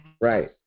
right